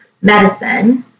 medicine –